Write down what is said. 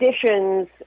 conditions